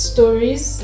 Stories